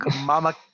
Mama